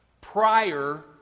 prior